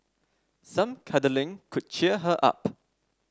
some cuddling could cheer her up